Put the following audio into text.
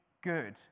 good